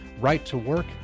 Right-to-work